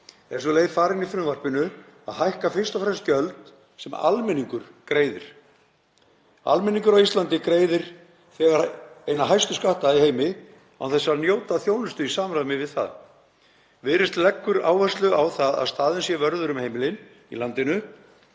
er sú leið farin í frumvarpinu að hækka fyrst og fremst gjöld sem almenningur greiðir. Almenningur á Íslandi greiðir þegar eina hæstu skatta í heimi án þess að njóta þjónustu í samræmi við það. Viðreisn leggur áherslu á það að staðinn sé vörður um heimilin í landinu